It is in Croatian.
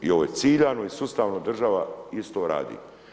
I ovo je ciljano i sustavno država isto radi.